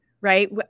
Right